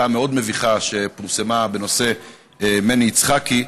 המאוד-מביכה שפורסמו בנושא מני יצחקי.